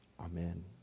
Amen